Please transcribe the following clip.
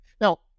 now